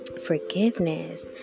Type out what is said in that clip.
forgiveness